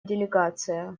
делегация